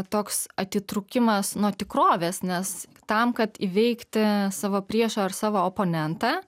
toks atitrūkimas nuo tikrovės nes tam kad įveikti savo priešą ar savo oponentą